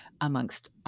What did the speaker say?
amongst